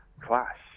clash